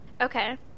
Okay